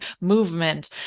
movement